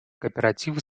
кооперативы